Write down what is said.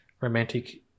romantic